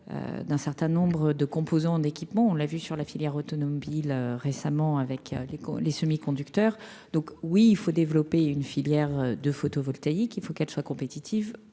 d'un certain nombre de composants d'équipements, on l'a vu sur la filière automobile récemment avec l'école, les semi-conducteurs, donc oui, il faut développer une filière de photovoltaïque, il faut qu'elle soit compétitive,